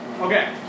Okay